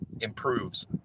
improves